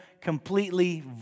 completely